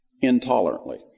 intolerantly